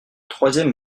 troisième